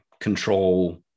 control